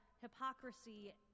hypocrisy